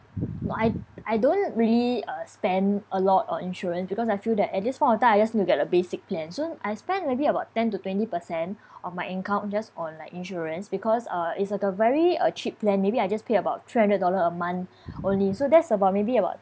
no I I don't really uh spend a lot on insurance because I feel that at this point of time I just get a basic plan so I spend maybe about ten to twenty percent of my income just on like insurance because uh it's like a very uh cheap plan maybe I just pay about three hundred dollar a month only so there's about maybe about